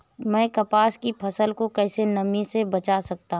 मैं कपास की फसल को कैसे नमी से बचा सकता हूँ?